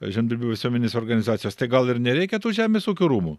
žemdirbių visuomenės organizacijos tai gal ir nereikia tų žemės ūkio rūmų